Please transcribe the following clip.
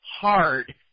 hard